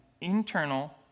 internal